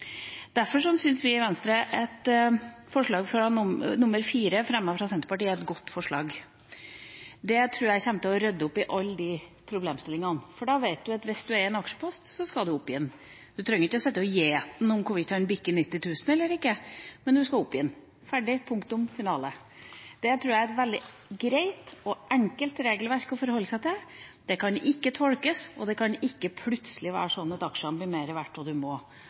Derfor syns vi i Venstre at forslag nr. 4, fremmet av Senterpartiet, er et godt forslag. Det tror jeg kommer til å rydde opp i alle problemstillingene, for da vet man at hvis man eier en aksjepost, skal man oppgi den. Man trenger ikke å sitte og gjete den for å se hvorvidt den bikker 90 000 kr eller ikke, men man skal oppgi den – ferdig, punktum, finale. Det tror jeg er et veldig greit og enkelt regelverk å forholde seg til. Det kan ikke tolkes, og det kan ikke plutselig være sånn at aksjene blir mer verdt og man må